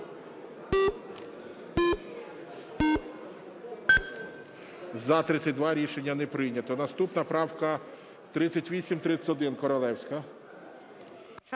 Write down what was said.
За-32 Рішення не прийнято. Наступна правка 3831, Королевська.